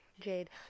jade